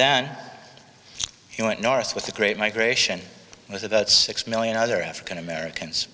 then he went north with the great migration was about six million other african americans